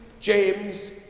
James